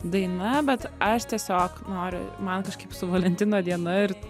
daina bet aš tiesiog noriu man kažkaip su valentino diena ir